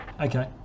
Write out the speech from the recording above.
okay